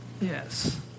yes